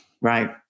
Right